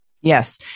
Yes